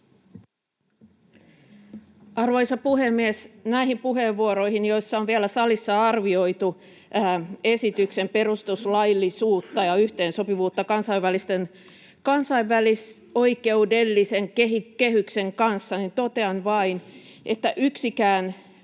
Arvoisa puhemies! Näihin puheenvuoroihin, joissa on vielä salissa arvioitu esityksen perustuslaillisuutta ja yhteensopivuutta kansainvälisoikeudellisen kehyksen kanssa, totean vain, että yksikään